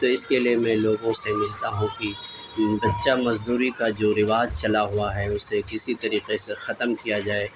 تو اس کے لیے میں لوگوں سے ملتا ہوں کہ بچہ مزدوری کا جو رواج چلا ہوا ہے اسے کسی طریقے سے ختم کیا جائے